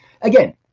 again